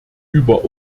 über